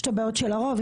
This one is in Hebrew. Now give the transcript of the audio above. יש בעיה של הרוב,